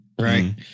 Right